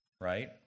Right